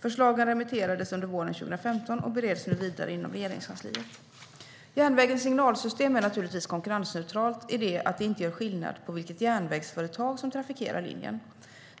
Förslagen remitterades under våren 2015 och bereds nu vidare inom Regeringskansliet. Järnvägens signalsystem är naturligtvis konkurrensneutralt i det att det inte gör skillnad på vilket järnvägsföretag som trafikerar linjen.